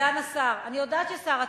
סגן השר, אני יודעת ששר התמ"ת,